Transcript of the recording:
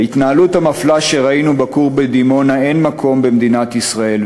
להתנהלות המפלה שראינו בכור בדימונה אין מקום במדינת ישראל,